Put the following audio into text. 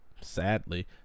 sadly